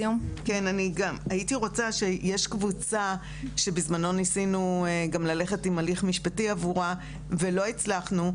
יש קבוצה שבזמנו ניסינו גם ללכת עם הליך משפטי עבורה ולא הצלחנו,